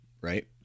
Right